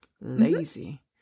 Lazy